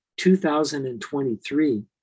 2023